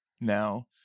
now